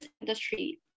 industry